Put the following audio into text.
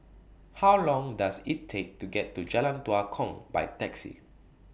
How Long Does IT Take to get to Jalan Tua Kong By Taxi